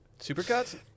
Supercuts